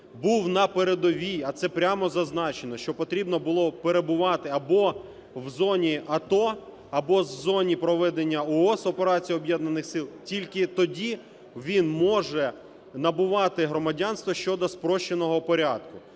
був на передовій, а це прямо зазначено, що потрібно було перебувати або в зоні АТО або в зоні проведення ООС (Операції об'єднаних сил), тільки тоді він може набувати громадянство щодо спрощеного порядку.